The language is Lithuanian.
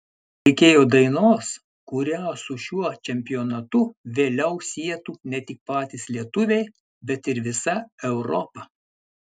reikėjo dainos kurią su šiuo čempionatu vėliau sietų ne tik patys lietuviai bet ir visa europa